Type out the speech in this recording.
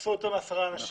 אסור יותר מעשרה אנשים.